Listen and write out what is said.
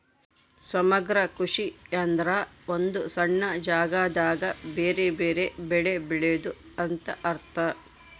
ಸಮಗ್ರ ಕೃಷಿ ಎಂದ್ರ ಒಂದು ಸಣ್ಣ ಜಾಗದಾಗ ಬೆರೆ ಬೆರೆ ಬೆಳೆ ಬೆಳೆದು ಅಂತ ಅರ್ಥ